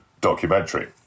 documentary